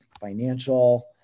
financial